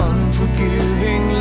Unforgiving